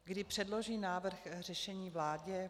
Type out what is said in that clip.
Kdy předloží návrh řešení vládě?